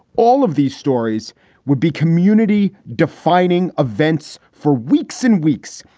all of these stories would be community defining events for weeks and weeks.